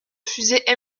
fusée